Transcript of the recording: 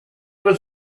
was